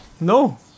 No